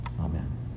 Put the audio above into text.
Amen